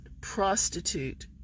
prostitute